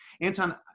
Anton